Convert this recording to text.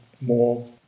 more